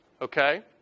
okay